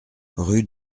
rue